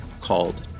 called